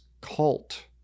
cult